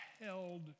held